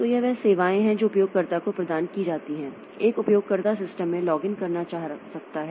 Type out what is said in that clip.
तो यह वह सेवाएं हैं जो उपयोगकर्ता को प्रदान की जाती हैं एक उपयोगकर्ता सिस्टम में लॉगिन करना चाह सकता है